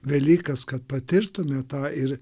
velykas kad patirtume tą ir